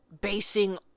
basing